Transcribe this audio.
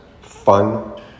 fun